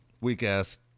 Weak-ass